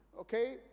Okay